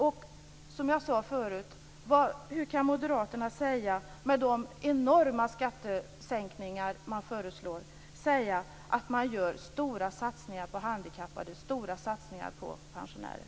Och som jag sade förut: Hur kan moderaterna säga, med de enorma skattesänkningar man föreslår, att man gör stora satsningar på handikappade och på pensionärer?